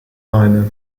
beine